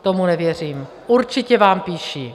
Tomu nevěřím, určitě vám píší.